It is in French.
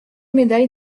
médaille